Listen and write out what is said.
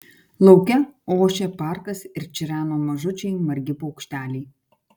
lauke ošė parkas ir čireno mažučiai margi paukšteliai